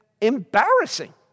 embarrassing